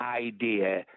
idea